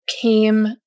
came